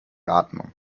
atmung